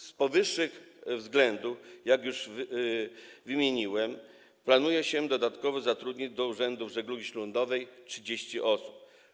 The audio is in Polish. Z powyższych względów, które wymieniłem, planuje się dodatkowo zatrudnić do urzędów żeglugi śródlądowej 30 osób.